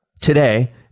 today